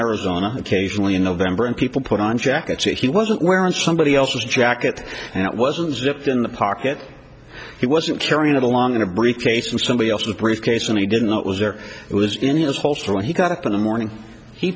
arizona occasionally in november and people put on jackets and he wasn't wearing somebody else's jacket and it wasn't zipped in the pocket he wasn't carrying it along in a briefcase from somebody else's briefcase and he didn't know it was there it was in his holster when he got up in the morning he